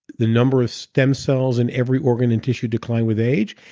the number of stem cells in every organ and tissue declined with age.